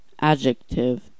adjective